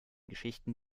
geschichten